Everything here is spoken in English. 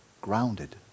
grounded